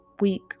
week